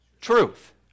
truth